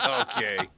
Okay